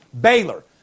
Baylor